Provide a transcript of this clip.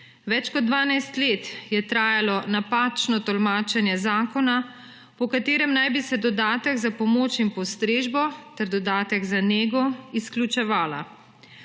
Več kot 12 let je trajalo napačno tolmačenje zakona, po katerem naj bi se dodatek za pomoč in postrežbo ter dodatek za nego izključevala.